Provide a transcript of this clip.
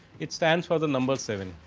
it stand for the number seven.